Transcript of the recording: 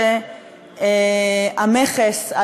אני חושבת שקשה לתאר את האכזריות הקשה